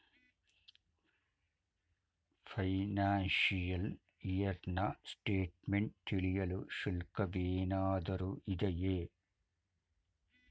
Financial year ನ statement ತಿಳಿಯಲು ಶುಲ್ಕವೇನಾದರೂ ಇದೆಯೇ?